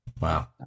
Wow